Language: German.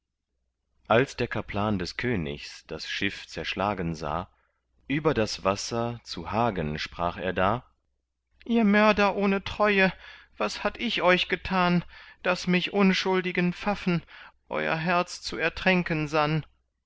als der kaplan des königs das schiff zerschlagen sah über das wasser zu hagen sprach er da ihr mörder ohne treue was hatt ich euch getan daß mich unschuldgen pfaffen eur herz zu ertränken sann